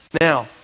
Now